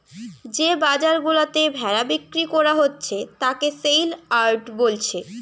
যে বাজার গুলাতে ভেড়া বিক্রি কোরা হচ্ছে তাকে সেলইয়ার্ড বোলছে